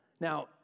Now